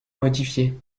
modifiés